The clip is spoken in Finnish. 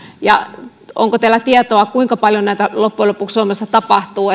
ja onko teillä tietoa kuinka paljon näitä suomessa loppujen lopuksi tapahtuu